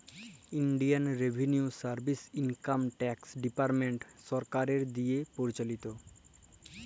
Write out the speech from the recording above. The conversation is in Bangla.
ইলডিয়াল revenue service income tax department সরকারের দিঁয়ে পরিচালিত